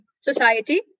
society